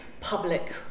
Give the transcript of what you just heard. public